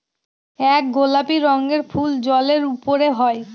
এক গোলাপি রঙের ফুল জলের উপরে হয়